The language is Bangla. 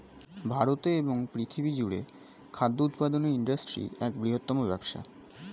ভারতে এবং পৃথিবী জুড়ে খাদ্য উৎপাদনের ইন্ডাস্ট্রি এক বৃহত্তম ব্যবসা